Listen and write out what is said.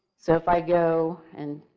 so, if i go and